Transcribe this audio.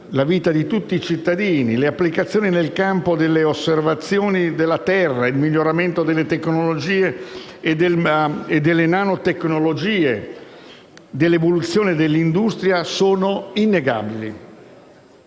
la vita di tutti i cittadini. Pensiamo alle applicazioni nel campo dell'osservazione della terra, al miglioramento delle tecnologie e delle nanotecnologie e all'evoluzione dell'industria, che sono innegabili.